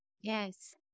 Yes